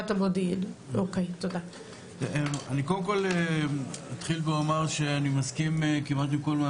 אני קודם כל אתחיל ואומר שאני מסכים כמעט עם כל מה